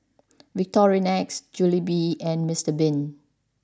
Victorinox Jollibee and Mister bean